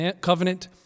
covenant